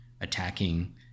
attacking